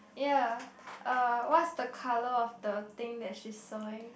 ya uh what's the color of the thing that she sewing